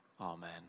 amen